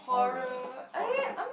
horror horror